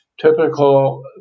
typical